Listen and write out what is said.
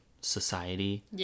society